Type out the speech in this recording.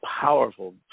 powerful